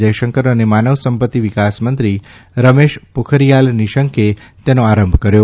જયશંકર અને માનવસંપત્તિ વિકાસમંત્રી રમેશ પોખરીયાલ નિશંકે તેનો આરંભ કર્યો